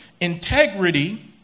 Integrity